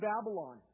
Babylon